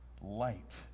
light